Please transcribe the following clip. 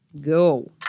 Go